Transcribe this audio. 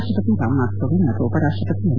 ರಾಷ್ಟಪತಿ ರಾಮನಾಥ್ ಕೋವಿಂದ್ ಮತ್ತು ಉಪರಾಷ್ಟಪತಿ ಎಂ